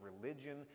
religion